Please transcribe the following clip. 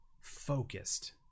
Focused